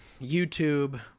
YouTube